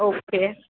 okay